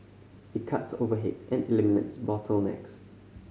it cuts overhead and eliminates bottlenecks